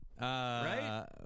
Right